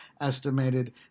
estimated